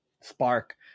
spark